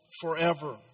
forever